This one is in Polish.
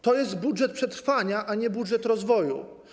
To jest budżet przetrwania, a nie budżet rozwoju.